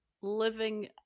living